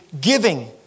giving